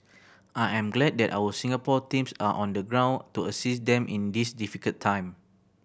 I am glad that our Singapore teams are on the ground to assist them in this difficult time